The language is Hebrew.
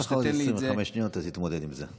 יש לך עוד 25 שניות, תתמודד עם זה.